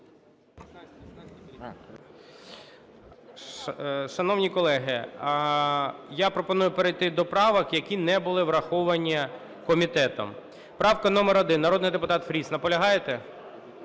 Шановні колеги, я пропоную перейти до правок, які не були враховані комітетом. Правка номер 1, народний депутат Фріс. Наполягаєте?